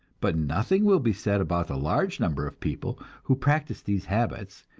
but nothing will be said about the large number of people who practiced these habits,